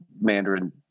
Mandarin